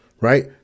Right